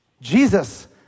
Jesus